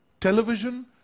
television